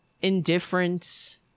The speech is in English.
indifference